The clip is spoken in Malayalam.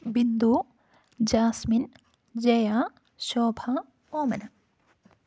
ബിന്ദു ജാസ്മിൻ ജയ ശോഭ ഓമന